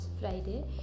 Friday